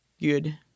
Good